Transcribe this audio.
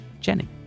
Jenny